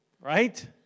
Right